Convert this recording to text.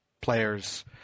players